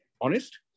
honest